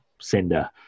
sender